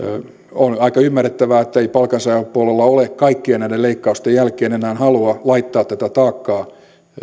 on aika ymmärrettävää ettei palkansaajapuolella ole kaikkien näiden leikkausten jälkeen enää halua laittaa tätä taakkaa